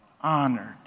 honored